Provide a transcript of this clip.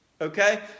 Okay